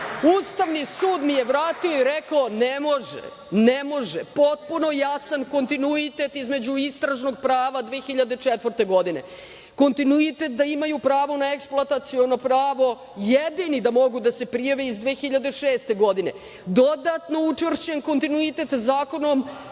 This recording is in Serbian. Ustavni sud mi je vratio i rekao – ne može. Ne može, potpuno jasan kontinuitet između istražnog prava 2004. godine, kontinuitet da imaju pravo, eksploataciono pravo, jedini da mogu da se prijave iz 2006. godine, dodatno učvršćen kontinuitet zakonom